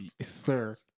Sir